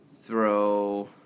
throw